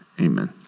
Amen